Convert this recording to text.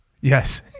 Yes